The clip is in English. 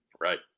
Right